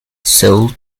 sold